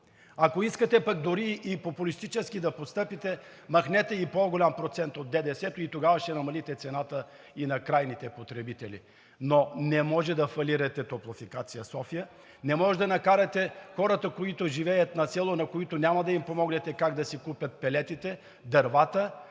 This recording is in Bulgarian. Ако искате дори и популистки да постъпите, махнете и по-голям процент от ДДС-то и тогава ще намалите цената и на крайните потребители, но не може да фалирате Топлофикация – София, не може да накарате хората, които живеят на село, на които няма да им помогнете да си купят пелетите, дървата,